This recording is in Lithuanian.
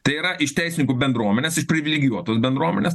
tai yra iš teisininkų bendruomenės iš privilegijuotos bendruomenės